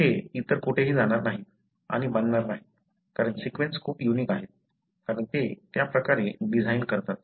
ते इतर कोठेही जाणार नाही आणि बांधणार नाही कारण सीक्वेन्स खूप युनिक आहेत कारण ते त्या प्रकारे डिझाइन करतात